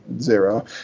zero